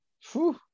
phew